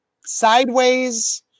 Sideways